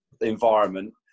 environment